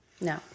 No